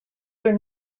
are